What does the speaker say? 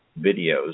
videos